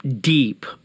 deep